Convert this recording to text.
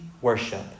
worship